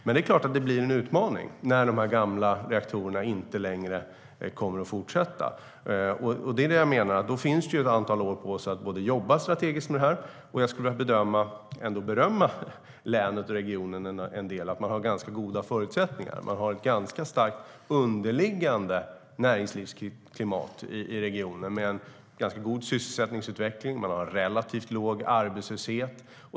Men det är klart att det blir en utmaning när de gamla reaktorerna inte längre kommer att fortsätta att drivas. Då har man ett antal år på sig att jobba strategiskt med detta. Jag vill berömma länet och regionen för att man har goda förutsättningar. Det finns ett ganska starkt underliggande näringslivsklimat i regionen med en ganska god sysselsättningsutveckling, och man har en relativt låg arbetslöshet.